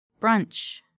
Brunch